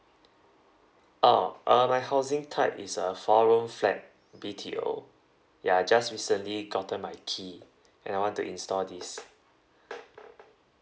oh uh my housing type is a four room flat B_T_O ya just recently gotten my key and I want to install this